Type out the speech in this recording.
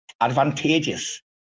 advantageous